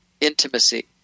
intimacy